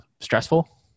stressful